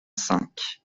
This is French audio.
cinq